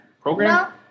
program